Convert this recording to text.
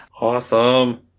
Awesome